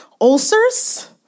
ulcers